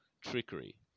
trickery